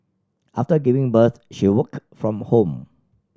after giving birth she worked from home